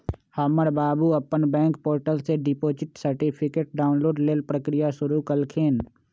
हमर बाबू अप्पन बैंक पोर्टल से डिपॉजिट सर्टिफिकेट डाउनलोड लेल प्रक्रिया शुरु कलखिन्ह